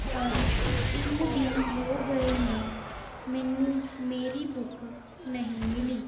ਪਰ ਤਿੰਨ ਦਿਨ ਹੋ ਗਏ ਨੇ ਮੈਨੂੰ ਮੇਰੀ ਬੁੱਕ ਨਹੀਂ ਮਿਲੀ